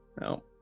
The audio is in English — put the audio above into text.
No